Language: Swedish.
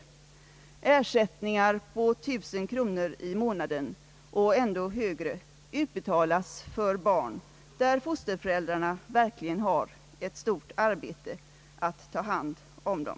Ersättningar på 1000 kr i månaden och kanske ändå högre utbetalas för barn, där fosterföräldrarna verkligen har ett stort arbete att ta hand om dem.»